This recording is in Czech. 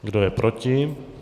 Kdo je proti?